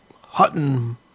Hutton